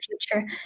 future